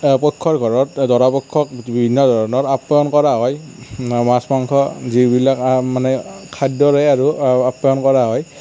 পক্ষৰ ঘৰত দৰা পক্ষক বিভিন্ন ধৰণৰ আপ্যায়ন কৰা হয় মাছ মাংস যিবিলাক মানে খাদ্যৰে আৰু আপ্যায়ন কৰা হয়